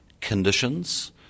conditions